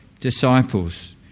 disciples